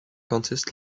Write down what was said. consists